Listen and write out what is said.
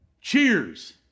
Cheers